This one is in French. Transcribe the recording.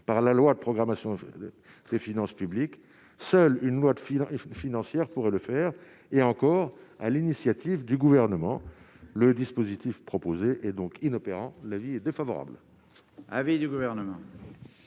par la loi de programmation des finances publiques, seule une loi de fil financière pourraient le faire et encore à l'initiative du gouvernement, le dispositif proposé et donc inopérants, l'avis est défavorable. Avis du Gouvernement.